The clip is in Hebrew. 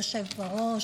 כבוד היושב בראש,